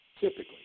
typically